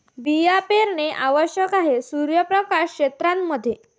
बिया पेरणे आवश्यक आहे सूर्यप्रकाश क्षेत्रां मध्ये